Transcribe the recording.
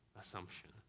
assumption